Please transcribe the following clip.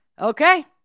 Okay